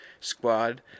squad